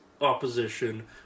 opposition